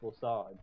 side